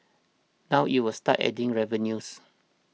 now it will start adding revenues